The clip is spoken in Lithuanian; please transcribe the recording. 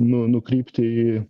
nu nukrypti į